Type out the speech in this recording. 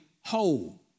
whole